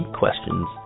questions